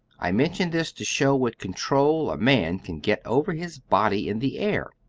i mention this to show what control a man can get over his body in the air.